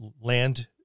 land